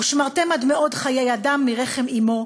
ושמרתם עד מאוד חיי אדם מרחם אמו,